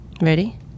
Ready